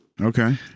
Okay